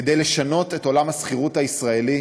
כדי לשנות את עולם השכירות הישראלי,